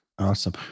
Awesome